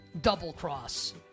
Double-cross